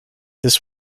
this